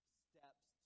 steps